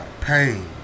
Pain